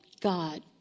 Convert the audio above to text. God